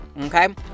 Okay